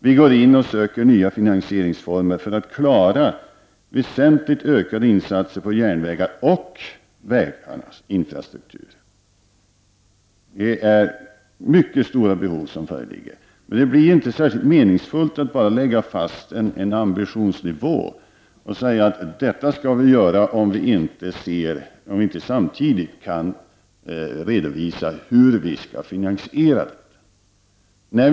Dessutom söker vi nya finansieringsformer för att klara väsentligt utökade insatser i fråga om järnvägar och vägarnas infrastruktur. Mycket stora behov föreligger. Men det är inte särskilt meningsfullt att bara lägga fast en ambitionsnivå och säga att det och det skall göras om det inte samtidigt går att redovisa hur det hela skall finansieras.